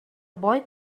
boy